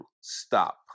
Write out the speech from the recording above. Stop